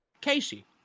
Casey